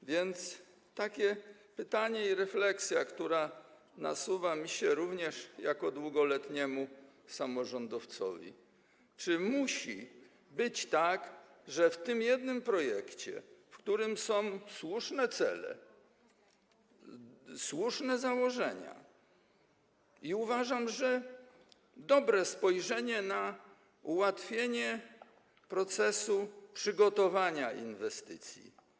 A więc takie pytanie i refleksja nasuwa mi się również jako długoletniemu samorządowcowi: Czy musi być tak, że w tym jednym projekcie, w którym są słuszne cele, słuszne założenia i - uważam - dobre spojrzenie na ułatwienie procesu przygotowania inwestycji.